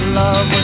love